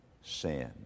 sin